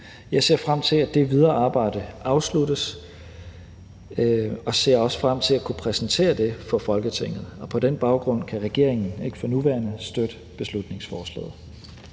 Jeg ser frem til, at det videre arbejde afsluttes, og jeg ser også frem til at kunne præsentere det for Folketinget. På den baggrund kan regeringen ikke for nuværende støtte beslutningsforslaget.